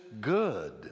good